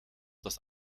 das